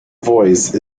voice